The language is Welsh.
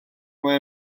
mae